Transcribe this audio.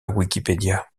wikipédia